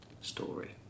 story